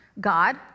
God